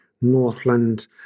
Northland